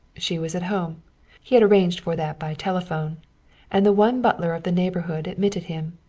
she was at home he had arranged for that by telephone and the one butler of the neighborhood admitted him.